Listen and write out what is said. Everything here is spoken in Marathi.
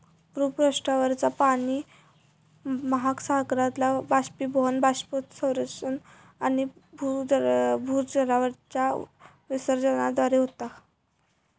भूपृष्ठावरचा पाणि महासागरातला बाष्पीभवन, बाष्पोत्सर्जन आणि भूजलाच्या विसर्जनाद्वारे होता